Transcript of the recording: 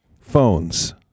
Phones